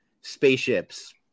spaceships